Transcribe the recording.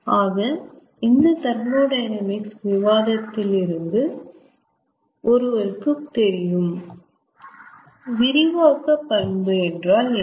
ஆக இந்த தெர்மோடையனாமிக்ஸ் விவாதத்தில் இருந்து ஒருவற்கு தெரியும் விரிவாக்க பண்பு என்றால் என்ன